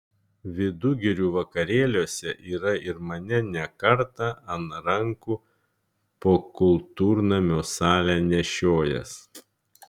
vidugirių vakarėliuose yra ir mane ne kartą ant rankų po kultūrnamio salę nešiojęs